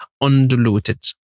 undiluted